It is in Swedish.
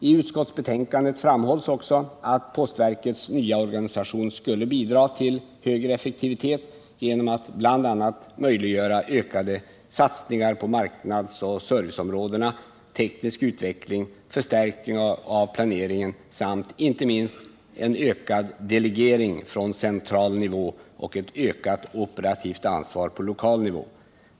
I utskottsbetänkandet framhålls också att postverkets nya organisation skulle bidra till högre effektivitet, genom att bl.a. möjliggöra ökade satsningar på marknadsoch serviceområdena, teknisk utveckling, förstärkning av planeringen samt —- inte minst — en ökad delegering från central nivå och ett ökat operativt ansvar på lokal nivå.